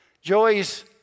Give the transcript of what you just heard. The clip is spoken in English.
Joey's